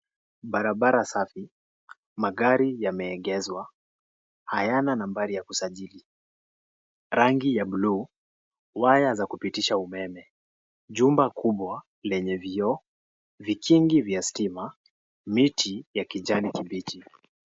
Barabara safi, magari yameegezwa, hayana nambari ya kusajiliwa, rangi ya buluu, waya za kupitisha umeme, jumba kubwa lenye vioo, vikingi vya stima, miti ya kijani kibichi.